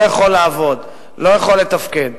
לא יכול לעבוד, לא יכול לתפקד.